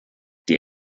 die